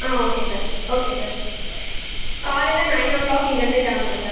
ஆ okay sir okay sir காலையில் nine o'clock இங்கிருந்தே கிளம்பனும் சார்